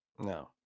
No